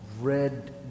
red